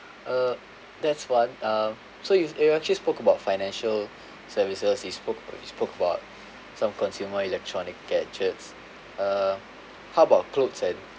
uh that's one uh so you have actually spoke about financial services is spoke we spoke about some consumer electronic gadgets uh how about clothes and